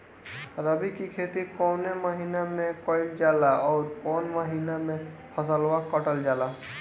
रबी की खेती कौने महिने में कइल जाला अउर कौन् महीना में फसलवा कटल जाला?